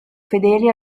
fedeli